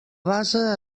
base